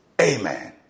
amen